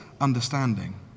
understanding